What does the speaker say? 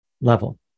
level